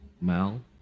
Mal